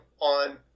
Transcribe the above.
on